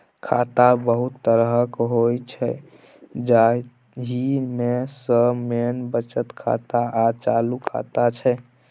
खाता बहुत तरहक होइ छै जाहि मे सँ मेन बचत खाता आ चालू खाता छै